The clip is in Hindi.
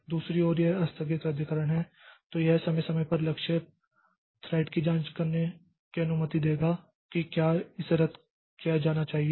दूसरी ओर यह आस्थगित रद्दीकरण है तो यह समय समय पर लक्ष्य थ्रेड की जांच करने की अनुमति देगा कि क्या इसे रद्द किया जाना चाहिए